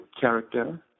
character